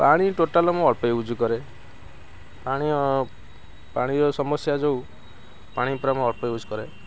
ପାଣି ଟୋଟାଲ୍ ମୁଁ ଅଳ୍ପ ୟୁଜ୍ କରେ ପାଣି ପାଣିର ସମସ୍ୟା ଯୋଉ ପାଣି ପୁରା ମୁଁ ଅଳ୍ପ ୟୁଜ୍ କରେ